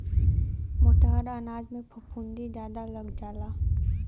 मोटहर अनाजन में फफूंदी जादा लग जाला